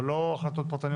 אבל בטוח שלא החלטות פרטניות.